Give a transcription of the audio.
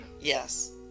yes